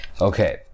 okay